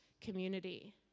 community